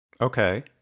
okay